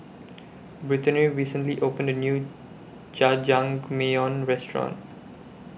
Brittany recently opened A New Jajangmyeon Restaurant